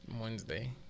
Wednesday